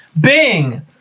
Bing